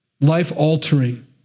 life-altering